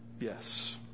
Yes